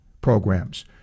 programs